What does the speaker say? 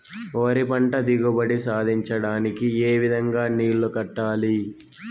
వరి పంట దిగుబడి సాధించడానికి, ఏ విధంగా నీళ్లు కట్టాలి?